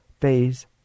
phase